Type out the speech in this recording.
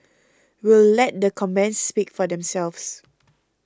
we'll let the comments speak for themselves